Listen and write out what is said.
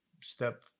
step